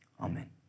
Amen